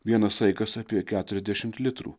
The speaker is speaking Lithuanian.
vienas saikas apie keturiasdešimt litrų